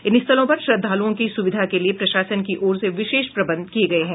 इन स्थलों पर श्रद्धालुओं की सुविधा के लिए प्रशासन की ओर से विशेष प्रबंध भी किये गये हैं